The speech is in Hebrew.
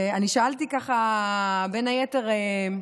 אני שאלתי ככה, בין היתר,